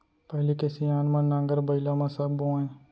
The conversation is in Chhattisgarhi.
पहिली के सियान मन नांगर बइला म सब बोवयँ